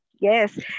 Yes